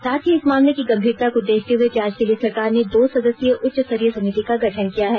साथ ही इस मामले की गंभीरता को देखते हुए जांच के लिए सरकार ने दो सदस्यीय उच्च स्तरीय समिति का गठन किया है